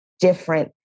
different